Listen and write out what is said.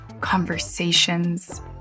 conversations